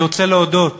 אני רוצה להודות